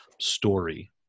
story